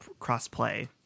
crossplay